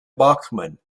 bachmann